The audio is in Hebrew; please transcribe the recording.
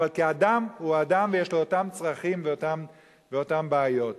אבל כאדם הוא אדם ויש לו אותם צרכים ואותן בעיות.